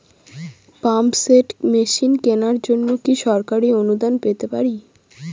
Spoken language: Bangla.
পাম্প সেট মেশিন কেনার জন্য কি সরকারি অনুদান পেতে পারি?